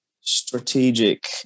strategic